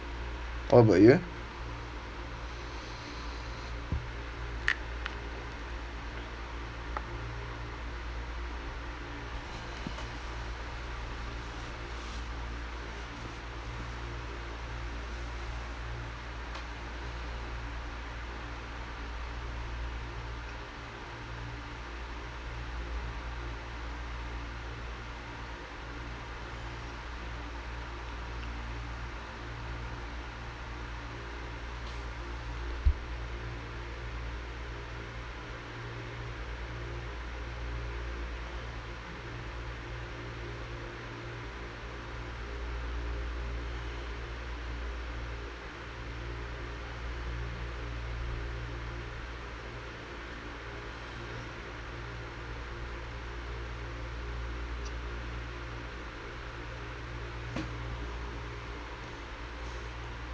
what about you